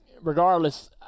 regardless